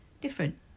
different